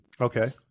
Okay